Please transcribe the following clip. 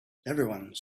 everyone